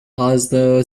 oslo